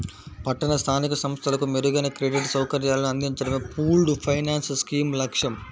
పట్టణ స్థానిక సంస్థలకు మెరుగైన క్రెడిట్ సౌకర్యాలను అందించడమే పూల్డ్ ఫైనాన్స్ స్కీమ్ లక్ష్యం